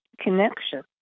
connection